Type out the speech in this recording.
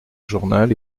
journal